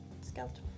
Skeleton